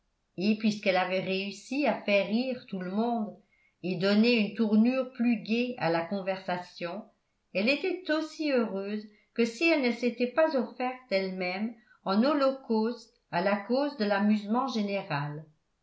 et puisqu'elle avait réussi à faire rire tout le monde et donné une tournure plus gaie à la conversation elle était aussi heureuse que si elle ne s'était pas offerte elle-même en holocauste à la cause de l'amusement général